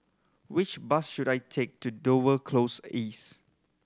which bus should I take to Dover Close East